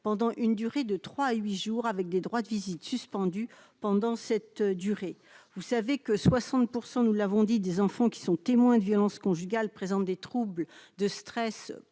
pendant une durée de 3 à 8 jours, avec des droits de visite suspendues pendant cette durée, vous savez que 60 % nous l'avons dit des enfants qui sont témoins de violences conjugales, présentent des troubles de stress